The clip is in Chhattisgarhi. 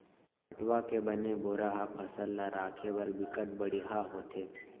पटवा के बने बोरा ह फसल ल राखे बर बिकट बड़िहा होथे